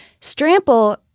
Strample